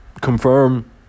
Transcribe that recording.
confirm